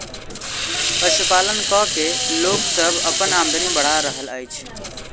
पशुपालन क के लोक सभ अपन आमदनी बढ़ा रहल अछि